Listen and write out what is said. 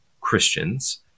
Christians